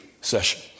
session